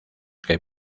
que